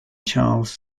charles